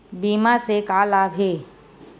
बीमा से का लाभ हे?